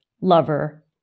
lover